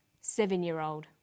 seven-year-old